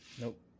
nope